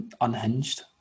unhinged